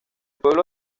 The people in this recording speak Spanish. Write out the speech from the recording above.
pueblo